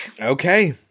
Okay